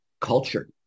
culture